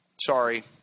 Sorry